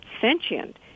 sentient